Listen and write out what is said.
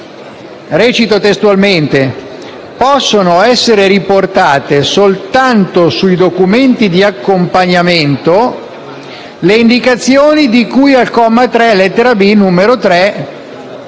recita: «Possono essere riportate soltanto sui documenti di accompagnamento le indicazioni di cui al comma 3, lettere *b)*, numero